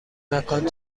مکان